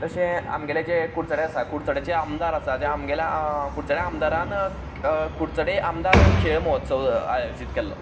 जशें आमगेलें जें कुडचडे आसा कुडचड्यांचे आमदार आसा जे आमगेले कुडचडे आमदारान कुडचडे आमदार खेळ म्होत्सव आयोजीत केल्लो